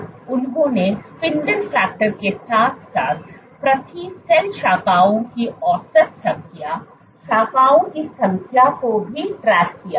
और उन्होंने spindle factor के साथ साथ प्रति सेल शाखाओं की औसत संख्या शाखाओं की संख्या को भी ट्रैक किया